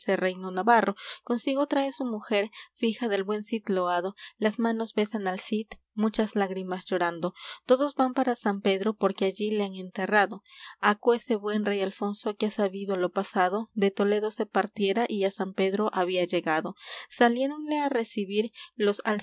reino navarro consigo trae su mujer fija del buen cid loado las manos besan al cid muchas lágrimas llorando todos van para san pedro porque allí le han enterrado aquese buen rey alfonso que ha sabido lo pasado de toledo se partiera y á san pedro había llegado saliéronle á recibir los